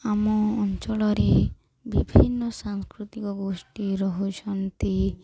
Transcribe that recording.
ଆମ ଅଞ୍ଚଳରେ ବିଭିନ୍ନ ସାଂସ୍କୃତିକ ଗୋଷ୍ଠୀ ରହୁଛନ୍ତି